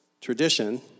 Tradition